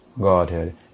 Godhead